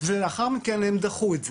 ולאחר מכן הם דחו את זה.